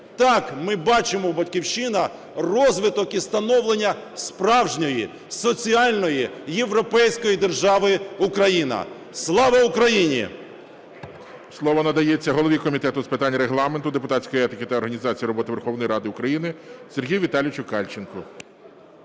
Так ми бачимо, "Батьківщина", розвиток і встановлення справжньої соціальної європейської держави Україна. Слава Україні!